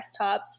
desktops